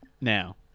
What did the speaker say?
Now